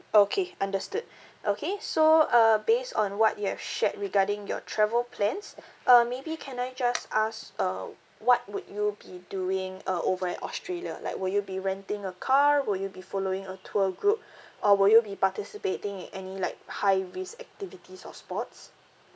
okay understood okay so uh based on what you have shared regarding your travel plans uh maybe can I just ask uh what would you be doing uh over at australia like will you be renting a car will you be following a tour group or will you be participating in any like high risk activities or sports